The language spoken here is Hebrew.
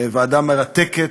ועדה מרתקת,